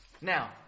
Now